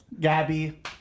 Gabby